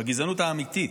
בגזענות האמיתית.